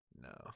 No